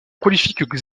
prolifique